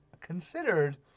considered